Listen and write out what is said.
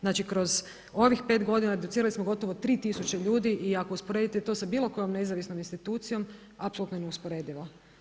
Znači, kroz ovih 5 godina docirali smo gotovo 3 tisuće ljudi i ako usporedite to sa bilo kojom nezavisnom institucijom, apsolutno je neusporedivo.